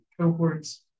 cohorts